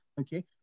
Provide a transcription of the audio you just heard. Okay